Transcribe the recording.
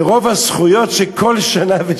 מרוב הזכויות שכל שנה ושנה,